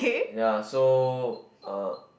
ya so uh